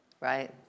right